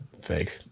fake